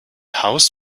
haus